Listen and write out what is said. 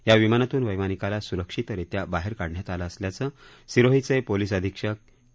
या विमानातून वैमानिकाला स्रक्षितरित्या बाहेर काढण्यात आलं असल्याचं सिरोहीचे पोलीस अधीक्षक के